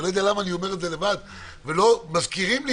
אני לא יודע למה אני אומר את זה בעצמי ולא מזכירים לי